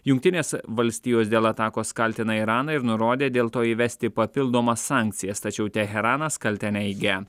jungtinės valstijos dėl atakos kaltina iraną ir nurodė dėl to įvesti papildomas sankcijas tačiau teheranas kaltę neigia